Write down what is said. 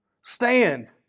Stand